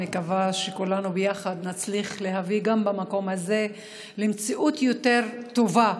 אני מקווה שכולנו ביחד נצליח להביא גם במקום הזה למציאות יותר טובה,